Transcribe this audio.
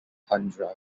tundra